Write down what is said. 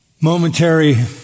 momentary